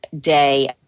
day